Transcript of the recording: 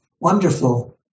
wonderful